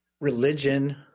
religion